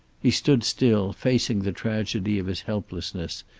he stood still, facing the tragedy of his helplessness,